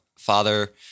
Father